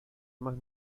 más